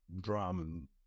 drum